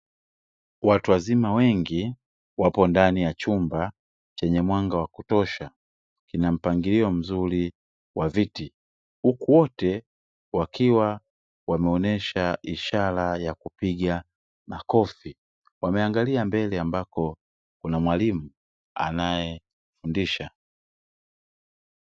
Watu wazima wengi wapo ndani ya chumba chenye mwanga wa kutosha. Kina mpangilio mzuri wa viti huku wote wakiwa wameonyesha ishara ya kupiga makofi. Wameangalia mbele ambako kuna mwalimu anayefundisha.